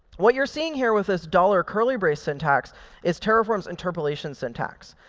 what you're seeing here with this dollar curly brace syntax is terraform's interpolation syntax.